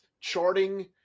charting